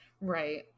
Right